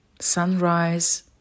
Sunrise